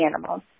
animals